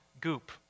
goop